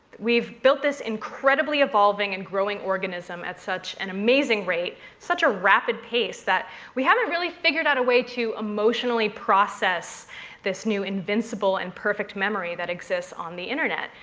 we've built this incredibly evolving and growing organism at such an amazing rate. such a rapid pace that we haven't really figured out a way to emotionally process this new invincible and perfect memory that exists on the internet.